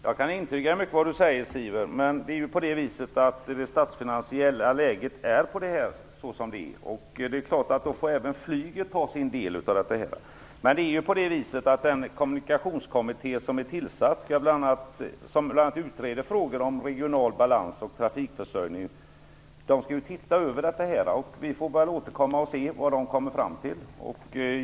Herr talman! Jag kan instämma i mycket av det som Sivert Carlsson säger. Men det statsfinansiella läget är ju som det är. Det är klart att då får även flyget bära sin del av bördan. Den kommunikationskommitté som utreder frågor om regional balans och trafikförsörjning skall ju se över detta. Vi får väl återkomma och se vad denna kommitté kommer fram till.